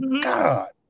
God